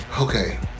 Okay